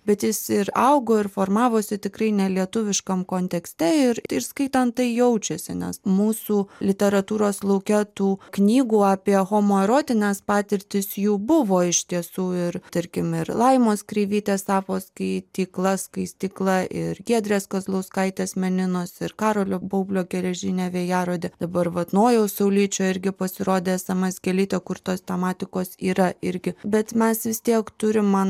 bet jis ir augo ir formavosi tikrai ne lietuviškam kontekste ir skaitant tai jaučiasi nes mūsų literatūros lauke tų knygų apie homoerotines patirtis jų buvo iš tiesų ir tarkim ir laimos kreivytės tapo skaitykla skaistykla ir giedrės kazlauskaitės meninos ir karolio baublio geležinė vėjarodė dabar vat nojaus saulyčio irgi pasirodė sms gėlytė kur tos tematikos yra irgi bet mes vis tiek turim man